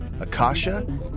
Akasha